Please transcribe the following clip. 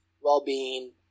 well-being